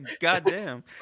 Goddamn